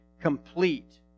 complete